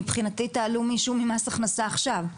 מבחינתי תעלו מישהו ממס הכנסה עכשיו.